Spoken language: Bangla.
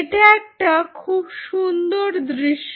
এটা একটা খুব সুন্দর দৃশ্য